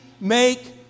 make